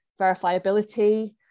verifiability